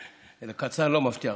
קצר, לא מבטיח.